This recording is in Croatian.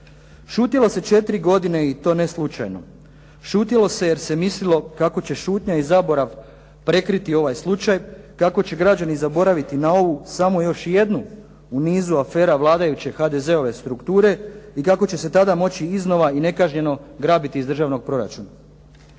Šutjelo se četiri godine i to ne slučajno. Šutjelo se jer se mislilo kako će šutnja i zaborav prekriti ovaj slučaj, kako će građani zaboraviti na ovu, samo još jednu u niz afera vladajuće HDZ-ove strukture i kako će se tada moći iznova i nekažnjeno grabiti iz državnog proračuna.